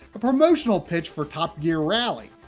a promotional pitch for top gear rally.